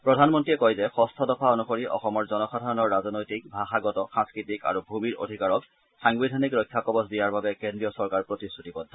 প্ৰধানমন্ৰীয়ে কয় যে ষঠ দফা অনুসৰি অসমৰ জনসাধাৰণৰ ৰাজনৈতিক ভাষাগত সাংস্কৃতিক আৰু ভূমিৰ অধিকাৰক সাংবিধানিক ৰক্ষা কবচ দিয়াৰ বাবে কেন্দ্ৰীয় চৰকাৰ প্ৰতিশ্ৰতিবদ্ধ